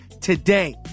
today